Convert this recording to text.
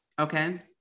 Okay